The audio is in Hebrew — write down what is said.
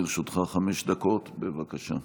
לרשותך חמש דקות, בבקשה.